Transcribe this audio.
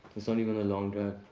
it's not even a long drive.